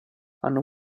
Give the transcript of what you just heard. hanno